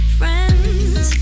friends